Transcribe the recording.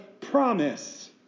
promise